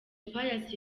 pius